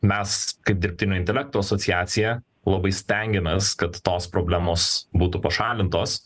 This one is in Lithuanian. mes kaip dirbtinio intelekto asociacija labai stengiamės kad tos problemos būtų pašalintos